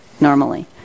normally